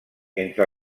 entre